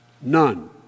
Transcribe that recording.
None